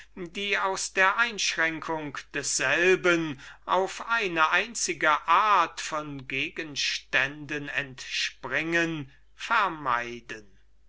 die aus der einschränkung desselben auf eine einzige art von gegenständen entspringen zu vermeiden